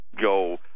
go